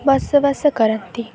ବସବାସ କରନ୍ତି